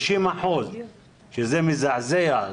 30% שזה מזעזע.